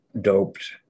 doped